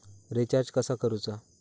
Recharge कसा करूचा?